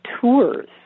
tours